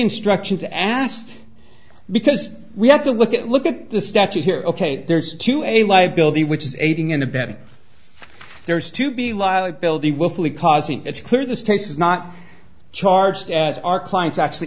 instructions asked because we have to look at look at the statute here ok there's a liability which is aiding and abetting there is to be liability willfully causing it's clear this case is not charged as our clients actually